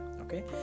Okay